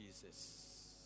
Jesus